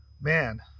man